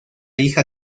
hija